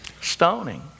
Stoning